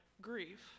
grief